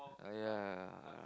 !aiya!